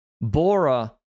Bora